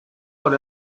por